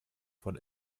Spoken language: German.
von